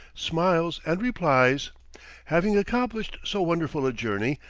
smiles, and replies having accomplished so wonderful a journey,